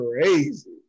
crazy